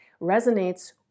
resonates